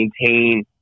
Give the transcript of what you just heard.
maintain